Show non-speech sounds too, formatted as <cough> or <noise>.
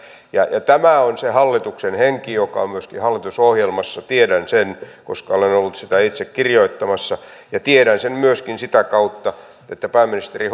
ja ja tämä on se hallituksen henki joka on myöskin hallitusohjelmassa tiedän sen koska olen ollut sitä itse kirjoittamassa ja tiedän sen myöskin sitä kautta että pääministeri <unintelligible>